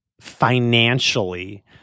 financially